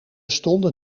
stonden